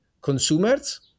consumers